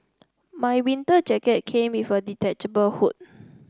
my winter jacket came with a detachable hood